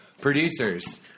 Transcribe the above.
Producers